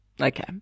Okay